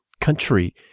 country